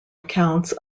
accounts